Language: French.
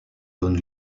donne